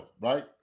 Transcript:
right